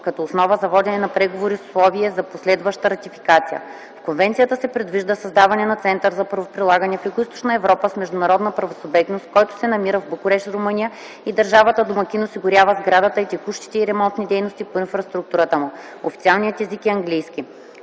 като основа за водене на преговори с условие за последваща ратификация. В конвенцията се предвижда създаване на Център за правоприлагане в Югоизточна Европа с международна правосубектност, който се намира в Букурещ, Румъния и държавата-домакин осигурява сградата и текущите и ремонтни дейности по инфраструктурата му. Официалният език е английски.